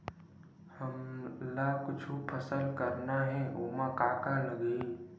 हमन ला कुछु फसल करना हे ओमा का का लगही?